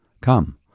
Come